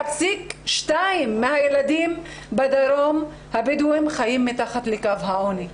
79.2% מן הילדים הבדואים בדרום חיים מתחת לקו העוני.